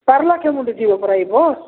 ପାରଲାଖେମୁଣ୍ଡି ଯିବ ପରା ଏ ବସ୍